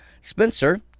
Spencer